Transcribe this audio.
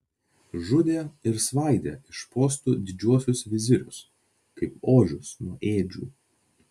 žudė ir svaidė iš postų didžiuosius vizirius kaip ožius nuo ėdžių